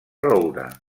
roure